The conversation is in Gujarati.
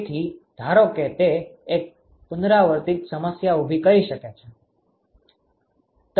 તેથી ધારો કે તે એક પુનરાવર્તિત સમસ્યા ઉભી કરી શકે છે